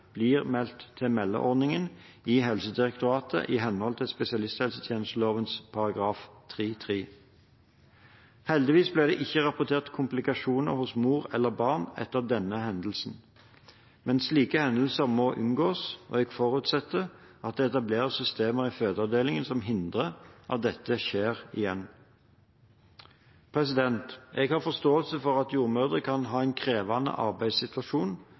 blir meldt til meldeordningen i Helsedirektoratet i henhold til spesialisthelsetjenesteloven § 3-3. Heldigvis ble det ikke rapportert komplikasjoner hos mor eller barn etter denne hendelsen, men slike hendelser må unngås, og jeg forutsetter at det etableres systemer i fødeavdelingene som hindrer at dette skjer igjen. Jeg har forståelse for at jordmødre kan ha en krevende arbeidssituasjon,